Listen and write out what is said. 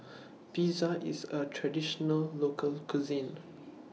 Pizza IS A Traditional Local Cuisine